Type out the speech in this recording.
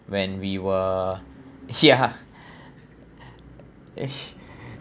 when we were ya